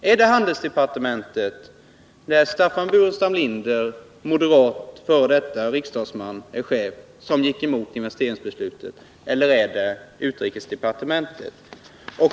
Är det handelsdepartementet, där Staffan Burenstam Linder, moderat f. d. riksdagsman som gick emot investeringsbeslutet, är chef? Eller är det utrikesdepartementet?